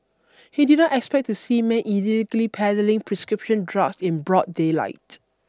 he did not expect to see men illegally peddling prescription drugs in broad daylight